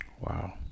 Wow